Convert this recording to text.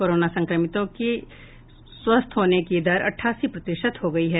corona संक्रमितों की स्वस्थ होने की दर अट्ठासी प्रतिशत हो गयी है